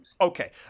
Okay